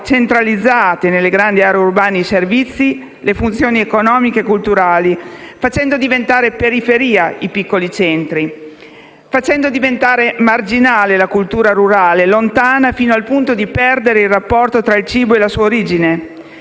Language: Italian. centralizzati nelle grandi aree urbane i servizi e le funzioni economiche e culturali, facendo diventare periferia i piccoli centri, facendo diventare marginale la cultura rurale, lontana fino al punto di perdere il rapporto tra il cibo e la sua origine,